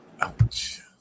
Ouch